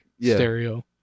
stereo